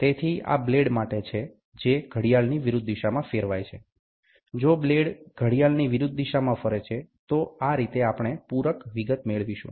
તેથી આ બ્લેડ માટે છે જે ઘડિયાળની વિરૂદ્ધ દિશામાં ફેરવાય છે જો બ્લેડ ઘડિયાળની વિરૂદ્ધ દિશામાં ફરે છે તો આ રીતે આપણે પૂરક વિગત મેળવીશું